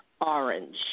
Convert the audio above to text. orange